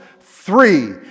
three